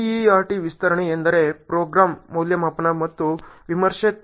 PERT ವಿಸ್ತರಣೆ ಎಂದರೆ programme ಮೌಲ್ಯಮಾಪನ ಮತ್ತು ವಿಮರ್ಶೆ ತಂತ್ರ